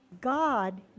God